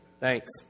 Thanks